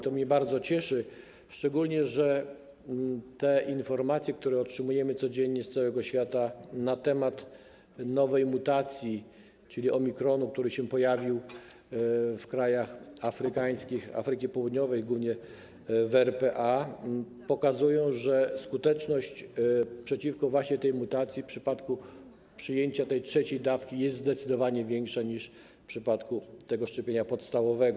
To mnie bardzo cieszy, szczególnie że informacje, które otrzymujemy codziennie z całego świata na temat nowej mutacji, czyli mutacji omikron, która się pojawiła w krajach afrykańskich, Afryki Południowej, głównie w RPA, pokazują, że skuteczność przeciwko tej mutacji w przypadku przyjęcia trzeciej dawki jest zdecydowanie większa niż w przypadku szczepienia podstawowego.